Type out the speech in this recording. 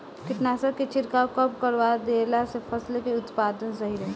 कीटनाशक के छिड़काव कब करवा देला से फसल के उत्पादन सही रही?